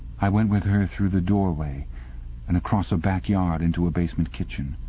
i went with her through the doorway and across a backyard into a basement kitchen.